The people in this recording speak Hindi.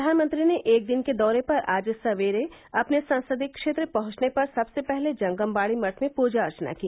प्रधानमंत्री ने एक दिन के दौरे पर आज सवेरे अपने संसदीय क्षेत्र पहंचने पर सबसे पहले जंगम बाड़ी मठ में पूजा अर्चना की